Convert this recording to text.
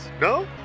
no